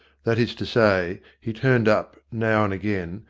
that is to say, he turned up now and again,